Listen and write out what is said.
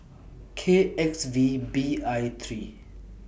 K X V B I three